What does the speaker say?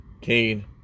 Kane